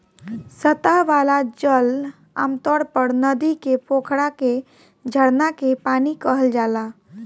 सतह वाला जल आमतौर पर नदी के, पोखरा के, झरना के पानी कहल जाला